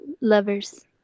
lovers